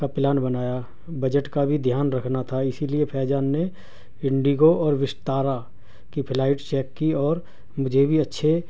کا پلان بنایا بجٹ کا بھی دھیان رکھنا تھا اسی لیے فیضان نے انڈیگو اور وستارا کی فلائٹ چیک کی اور مجھے بھی اچھے